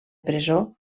presó